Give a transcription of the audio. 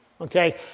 Okay